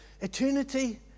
Eternity